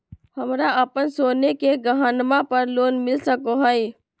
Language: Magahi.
हमरा अप्पन सोने के गहनबा पर लोन मिल सको हइ?